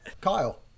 Kyle